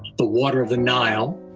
the water of the nile